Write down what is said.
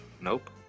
nope